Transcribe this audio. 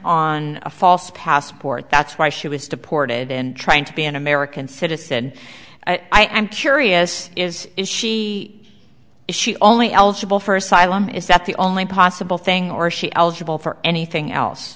on a false passport that's why she was deported and trying to be an american citizen i am curious is is she she only eligible for asylum is that the only possible thing or she eligible for anything else